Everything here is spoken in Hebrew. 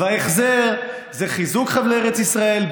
וההחזר זה חיזוק חבלי ארץ ישראל,